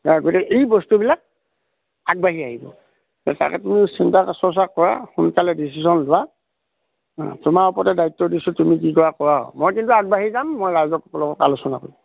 বাৰু গতিকে এই বস্তুবিলাক আগবাঢ়ি আহিব তাকে তুমি চিন্তা চৰ্চা কৰা সোনকালে ডিচিজন লোৱা তোমাৰ ওপৰতে দায়িত্ব দিছোঁ তুমি কি কৰা কৰা মই কিন্তু আগবাঢ়ি যাম মই ৰাইজৰ লগত আলোচনা কৰিম